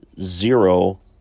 Zero